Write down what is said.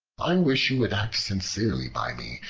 i wish you would act sincerely by me,